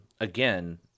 again